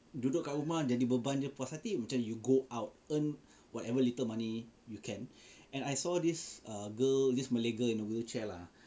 duduk kat rumah jadi beban jer puas hati macam you go out earn whatever little money you can and I saw this uh girl this Malay girl in a wheelchair lah